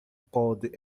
pode